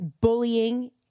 bullying